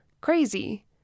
crazy